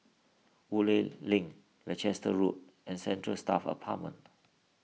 Woodleigh Link Leicester Road and Central Staff Apartment